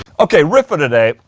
okay, riff of the day,